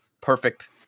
perfect